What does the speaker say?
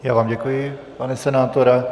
Já vám děkuji, pane senátore.